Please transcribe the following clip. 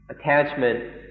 attachment